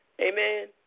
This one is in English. Amen